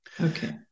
Okay